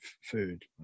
food